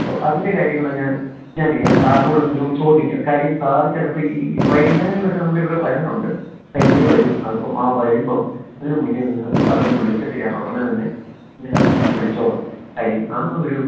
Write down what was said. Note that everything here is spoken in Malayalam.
അപ്പോൾ അതിൻ്റെ കാര്യങ്ങൾ ഞാൻ ഞാനെ സാറിനോടൊന്നു ചോദിക്കാം കാര്യം സാർ ചിലപ്പോൾ ഈ വൈകുന്നേരങ്ങളിലൊക്കെ നമ്മുടെ ഇവിടെ വരാറുണ്ട് ലൈബ്രറിയിൽ വരും അപ്പം ആ വരുമ്പം അതിനു മുന്നെയൊന്ന് ഞാൻ സാറിനെ ഒന്നു വിളിച്ചിട്ട് ഞാനുടനെ തന്നെ വിളിച്ചോളാം കാര്യം ആ ഒരു